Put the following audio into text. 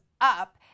up